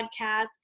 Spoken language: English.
podcast